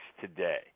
today